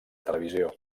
televisió